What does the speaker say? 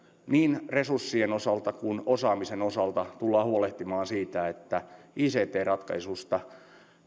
niin resurssien osalta kuin osaamisen osalta tullaan huolehtimaan siitä että ict ratkaisuissa